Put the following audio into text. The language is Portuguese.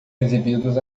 exibidos